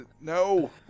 No